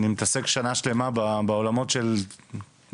אני מתעסק שנה שלמה בעולמות של ספורט,